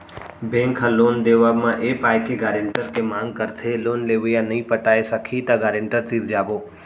bank ह loan देवब म ए पाय के गारेंटर के मांग करथे लोन लेवइया नइ पटाय सकही त गारेंटर तीर जाबो